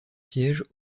siège